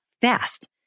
fast